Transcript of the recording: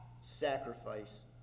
sacrifice